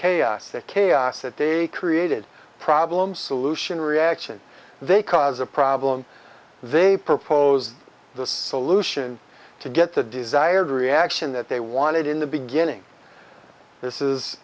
the chaos that they created problem solution reaction they cause a problem they propose the solution to get the desired reaction that they wanted in the beginning this is